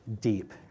deep